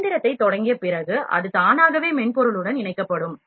இயந்திரத்தைத் தொடங்கிய பிறகு அது தானாகவே மென்பொருளுடன் இணைக்கப்படும்